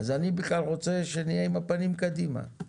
אני בכלל רוצה שנהיה עם הפנים קדימה.